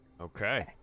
Okay